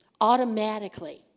Automatically